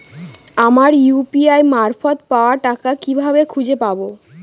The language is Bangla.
আমার ইউ.পি.আই মারফত পাওয়া টাকা কিভাবে খুঁজে পাব?